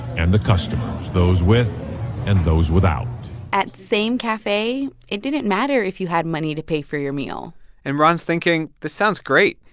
and the customers, those with and those without at same cafe, it didn't matter if you had money to pay for your meal and ron's thinking, this sounds great.